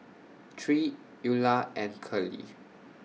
Tre Eula and Curley